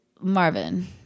Marvin